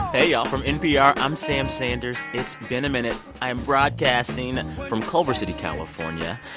hey, y'all. from npr, i'm sam sanders. it's been a minute. i'm broadcasting from culver city, calif. ah and